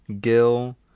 Gil